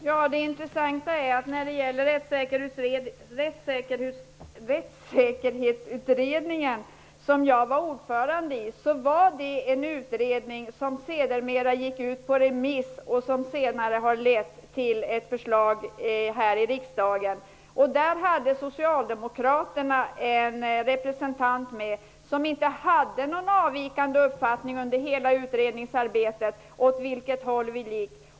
Herr talman! Jag var ordförande i Rättssäkerhetskommittén, vars utredning sedermera gick ut på remiss och ledde till ett förslag här i riksdagen. Socialdemokraternas representant i kommittén hade inte någon annan uppfattning än majoriteten under hela utredningsarbetet.